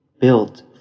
built